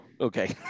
okay